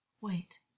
Wait